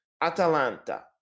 atalanta